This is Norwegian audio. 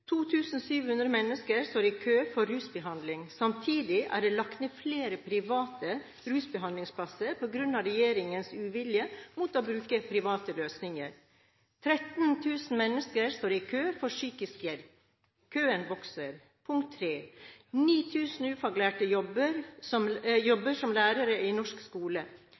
mennesker står i kø for rusbehandling, samtidig er det lagt ned flere private rusbehandlingsplasser pga. regjeringens uvilje mot å bruke private løsninger. 13 000 mennesker står i kø for psykisk hjelp. Køene vokser. 9 000 ufaglærte jobber som lærere i norsk skole.